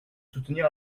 soutenir